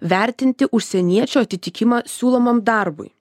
vertinti užsieniečio atitikimą siūlomam darbui